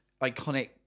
iconic